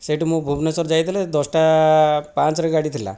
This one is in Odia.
ସେଇଠି ମୁଁ ଭୁବନେଶ୍ୱର ଯାଇଥିଲେ ଦଶଟା ପାଞ୍ଚରେ ଗାଡ଼ିଥିଲା